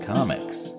Comics